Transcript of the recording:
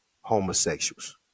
homosexuals